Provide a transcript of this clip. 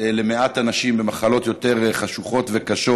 למעט אנשים במחלות יותר חשוכות וקשות.